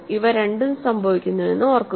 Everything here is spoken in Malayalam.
ഇവ രണ്ടും സംഭവിക്കുന്നുവെന്ന് ഓർക്കുക